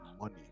money